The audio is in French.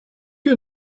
que